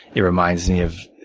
it reminds me of